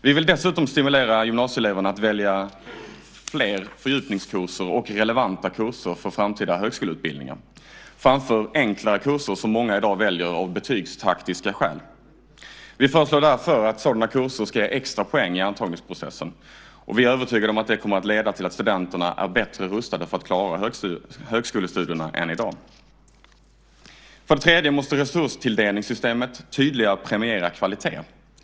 Vi vill dessutom stimulera gymnasieeleverna att välja fler fördjupningskurser och relevanta kurser för framtida högskoleutbildningar framför enklare kurser som många i dag väljer av betygstaktiska skäl. Vi föreslår därför att sådana kurser ska ge extra poäng i antagningsprocessen. Och vi är övertygade om att det kommer att leda till att studenterna är bättre rustade än i dag för att klara högskolestudierna. För det tredje måste resurstilldelningssystemet tydligare premiera kvalitet.